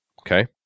Okay